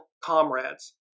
comrades